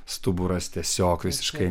stuburas tiesiog visiškai